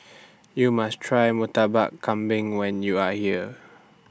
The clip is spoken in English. YOU must Try Murtabak Kambing when YOU Are here